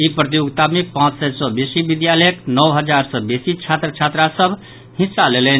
ई प्रतियोगिता मे पांच सय सॅ बेसी विद्यालयक नओ हजार सँ बेसी छात्र छात्रा सभ हिस्सा लेलनि